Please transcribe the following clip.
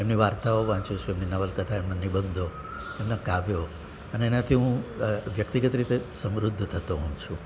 એમની વાર્તાઓ વાંચું છું એમની નવલકથા એમના નિબંધો એમના કાવ્યો અને એનાથી હું વ્યક્તિગત રીતે સમૃદ્ધ થતો થતો હોઉં છું